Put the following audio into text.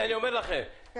נודיע להם, קמפיין.